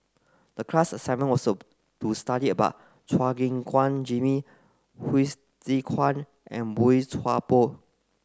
the class assignment was so to study about Chua Gim Guan Jimmy Hsu Tse Kwang and Boey Chuan Poh